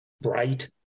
bright